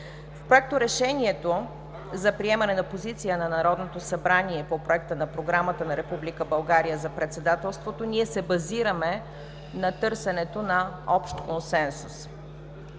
В Проекторешението за приемане на позиция на Народното събрание по Проекта на програмата на Република България за председателството ние се базираме на търсенето на общ консенсус.